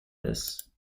this